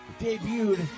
Debuted